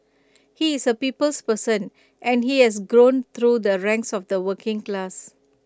he is A people's person and he has grown through the ranks of the working class